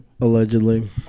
Allegedly